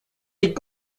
est